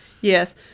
Yes